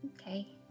Okay